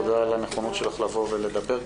תודה על הנכונות שלך לבוא ולדבר כאן.